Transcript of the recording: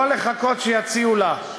לא לחכות שיציעו לה.